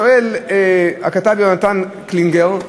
שואל הכתב יהונתן קלינגר,